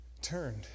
turned